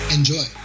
Enjoy